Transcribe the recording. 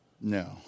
No